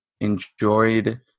enjoyed